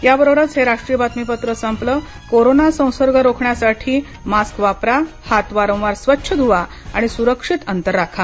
या बरोबरच हे राष्ट्रीय बातमीपत्र संपलं कोरोना संसर्ग रोखण्यासाठी मास्क वापरा हात वारंवार स्वच्छ धूवा आणि सुरक्षित अंतर राखा